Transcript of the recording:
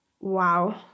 wow